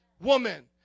woman